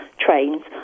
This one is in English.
trains